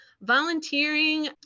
volunteering